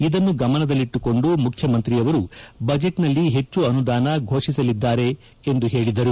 ಇದನ್ನು ಗಮನದಲ್ಲಿಟ್ಟುಕೊಂಡು ಮುಖ್ಯಮಂತ್ರಿಯವರು ಬಜೆಟ್ನಲ್ಲಿ ಹೆಚ್ಚು ಅನುದಾನ ಘೋಷಿಸಲಿದ್ದಾರೆ ಎಂದು ಹೇಳಿದರು